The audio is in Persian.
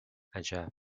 عجب